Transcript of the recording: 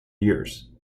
years